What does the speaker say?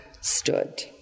stood